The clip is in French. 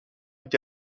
été